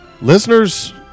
listeners